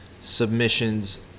submissions